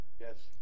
Yes